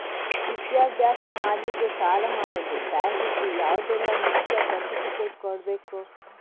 ವಿದ್ಯಾಭ್ಯಾಸ ಮಾಡ್ಲಿಕ್ಕೆ ಸಾಲ ಮಾಡಲು ಬ್ಯಾಂಕ್ ಗೆ ಯಾವುದೆಲ್ಲ ಮುಖ್ಯ ಸರ್ಟಿಫಿಕೇಟ್ ಕೊಡ್ಬೇಕು?